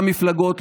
גם מפלגות,